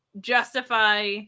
justify